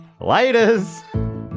laters